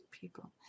people